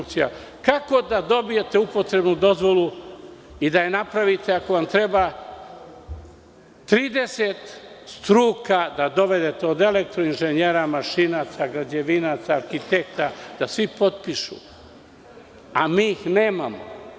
Da li znate kako da dobijete upotrebnu dozvolu i da je napravite ako vam treba 30 struka, od elektroinženjera, mašinaca, građevinaca, arhitekta, da svi potpišu, a mi ih nemamo?